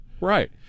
Right